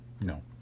No